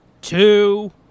two